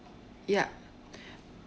ya